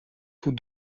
tous